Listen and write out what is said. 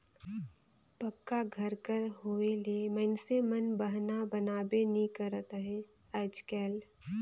पक्का घर कर होए ले मइनसे मन बहना बनाबे नी करत अहे आएज काएल